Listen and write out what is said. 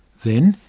then,